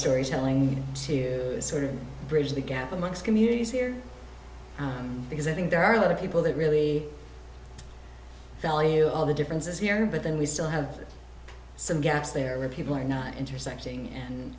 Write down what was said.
story telling to sort of bridge the gap amongst communities here because i think there are the people that really value all the differences here but then we still have some gaps there where people are not intersecting and